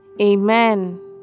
Amen